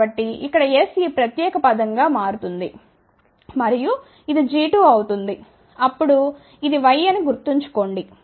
కాబట్టి ఇక్కడ S ఈ ప్రత్యేక పదం గా మారుతుంది మరియు ఇది g 2 అవుతుంది ఇప్పుడు ఇది y అని గుర్తుంచుకోండి